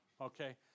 okay